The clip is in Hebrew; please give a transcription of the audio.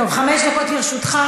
טוב, חמש דקות לרשותך.